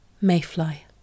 Mayfly